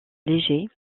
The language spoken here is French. légers